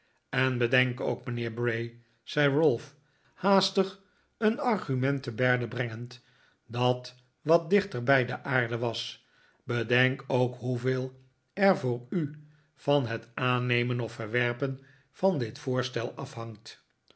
en bedenk ook mijnheer bray zei ralph haastig een argument te berde brengend dat wat dichter bij de aarde was bedenk ook hoeveel er voor u van het aannemen of verwerpen van dit voorstel afhangt